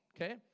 Okay